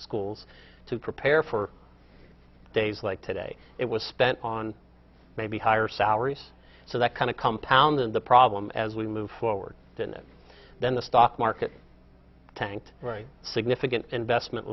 schools to prepare for days like today it was spent on maybe higher salaries so that kind of compound then the problem as we move forward to next then the stock market tanked right significant investment